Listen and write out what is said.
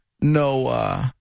no